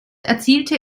erzielte